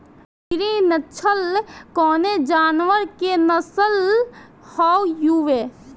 गिरी नश्ल कवने जानवर के नस्ल हयुवे?